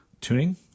Tuning